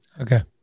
Okay